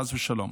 חס ושלום.